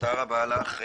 תודה רבה לך,